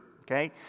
okay